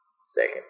second